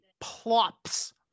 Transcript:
plops